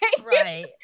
Right